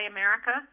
America